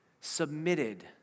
submitted